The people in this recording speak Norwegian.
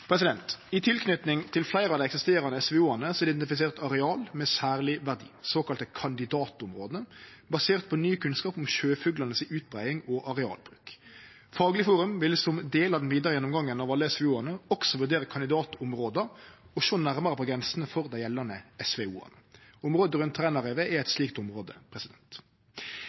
I tilknyting til fleire av dei eksisterande SVO-ane er det identifisert areal med særleg verdi, dei såkalla kandidatområda, basert på ny kunnskap om utbreiinga til sjøfuglane og arealbruk. Fagleg forum vil, som del av den vidare gjennomgangen av alle SVO-ane, også vurdere kandidatområda og sjå nærare på grensene for dei gjeldande SVO-ane. Området rundt Trænarevet er eit slikt område.